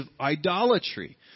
idolatry